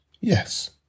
yes